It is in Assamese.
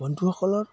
বন্ধুসকলৰ